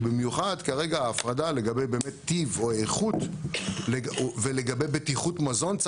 במיוחד כרגע ההפרדה באמת לגבי טיב או איכות ולגבי בטיחות מזון.